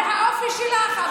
זה האופי שלך,